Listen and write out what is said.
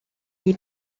gli